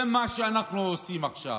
זה מה שאנחנו עושים עכשיו,